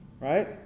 right